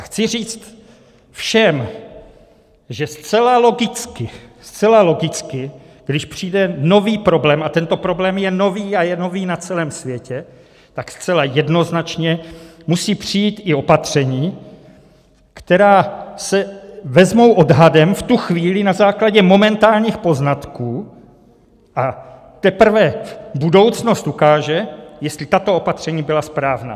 Chci říct všem, že zcela logicky, zcela logicky, když přijde nový problém, a tento problém je nový a je nový na celém světě, tak zcela jednoznačně musí přijít i opatření, která se vezmou odhadem v tu chvíli na základě momentálních poznatků, a teprve budoucnost ukáže, jestli tato opatření byla správná.